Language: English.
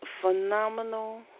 phenomenal